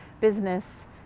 business